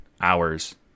hours